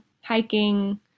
hiking